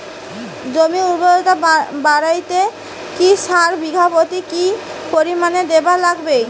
জমির উর্বরতা বাড়াইতে কি সার বিঘা প্রতি কি পরিমাণে দিবার লাগবে?